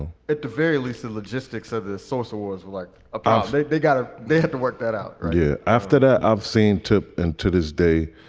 at the very least, the logistics of the source awards were like a pamphlet they got they had to work that out yeah after that, i've seen to and to this day,